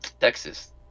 Texas